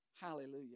Hallelujah